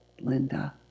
Linda